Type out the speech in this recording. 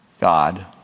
God